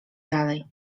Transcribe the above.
dalej